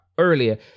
earlier